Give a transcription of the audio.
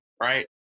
right